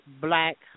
black